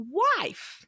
wife